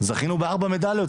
זכינו בארבע מדליות,